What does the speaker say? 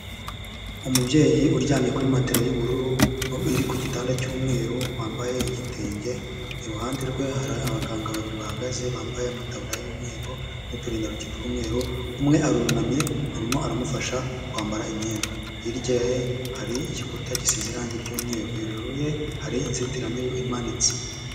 Umubyeyi uryamye kuri matela y'ubururu iri ku gitanda cy'umweru wambaye igitenge, iruhande rwe hari abaganga babiri bahagaze bambaye amataburiya y'umweru n'uturindantoki tw'umweru, umwe arunamye arimo aramufasha kwambara imyenda hirya ye hari igikuta gisize irangi ry'umweru hejuru ye hari inzitiramibu imanitse.